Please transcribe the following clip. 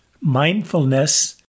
mindfulness